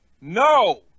No